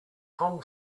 tom